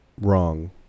wrong